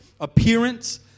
appearance